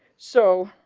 so